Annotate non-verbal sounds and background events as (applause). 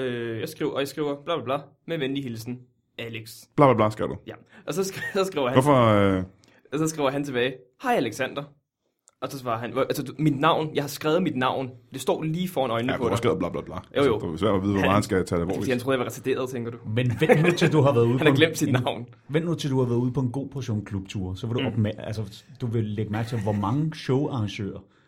Øh, jeg skriver- og jeg skriver bla bla bla, med venlig hilsen, Alex. Bla bla bla, skriver du? Ja. Og så skri- så (laughs) skriver han- Hvorfor, øh? Og så skriver han tilbage, "Hej, Alexander." Og så svarer han, "Hvor- altså, du- mit navn- jeg har skrevet mit navn. Det står lige foran øjnene Ja, på du har dig." skrevet bla bla bla. Jo, Altså, jo. det er svært at vide, hvor meget Han- han skal tage det Han siger, alvorligt. "Jeg troede, jeg var retarderet," tænker du. Men vent nu til, du har været (laughs) ude Han på har en- glemt sit en- navn. Vent nu til, du har været ude på en god portion klubture, så vil du Mm. opma- altså, du vil lægge mærke til, hvor (laughs) mange showarrangører-